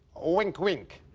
wink, wink.